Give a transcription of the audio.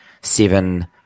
seven